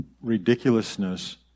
ridiculousness